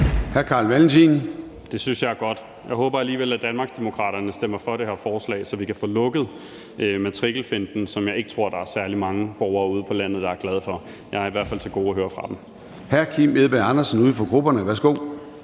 10:10 Carl Valentin (SF): Det synes jeg er godt. Jeg håber alligevel, at Danmarksdemokraterne stemmer for det her forslag, så vi kan få lukket matrikelfinten, som jeg ikke tror der er særlig mange borgere ude på landet der er glade for. Jeg har i hvert fald til gode at høre fra dem. Kl. 10:11 Formanden (Søren Gade): Hr. Kim Edberg Andersen, uden for grupperne. Værsgo.